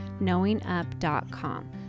knowingup.com